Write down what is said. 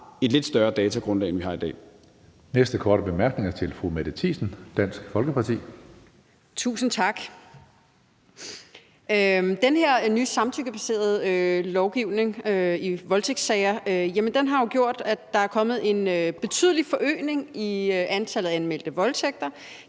et lidt større datagrundlag, end vi har i dag.